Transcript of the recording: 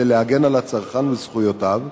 להגן על הצרכן וזכויותיו.